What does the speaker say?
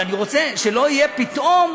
אבל אני רוצה שלא יהיה פתאום